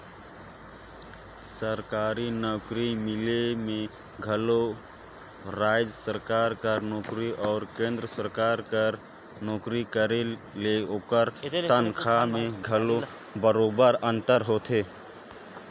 सरकारी नउकरी मिले में घलो राएज सरकार कर नोकरी अउ केन्द्र सरकार कर नोकरी करे ले ओकर तनखा में घलो बरोबेर अंतर होथे